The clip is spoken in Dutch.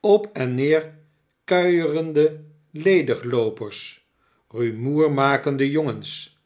op en neer kuierende ledigloopers rumoermakende jongens